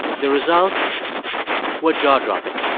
the results were jaw-dropping